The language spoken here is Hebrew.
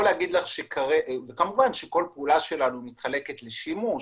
כל פעולה שלנו מתחלקת לשימוש,